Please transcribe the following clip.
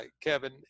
Kevin